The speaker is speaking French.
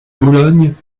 bologne